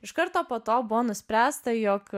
iš karto po to buvo nuspręsta jog